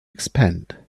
expand